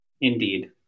indeed